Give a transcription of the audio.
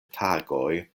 tagoj